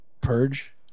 purge